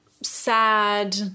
sad